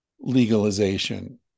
legalization